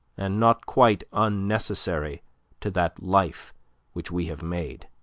and not quite unnecessary to that life which we have made.